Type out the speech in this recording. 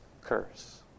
curse